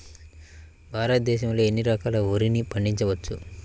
భారతదేశంలో ఎన్ని రకాల వరిని పండించవచ్చు